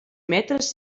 metres